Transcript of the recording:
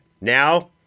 Now